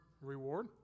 reward